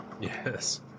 Yes